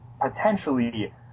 potentially